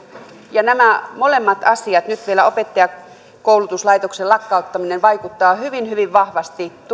nämä molemmat asiat ja nyt vielä opettajankoulutuslaitoksen lakkauttaminen vaikuttavat hyvin hyvin vahvasti tuon